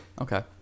Okay